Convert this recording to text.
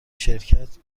شرکت